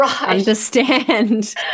understand